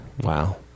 Wow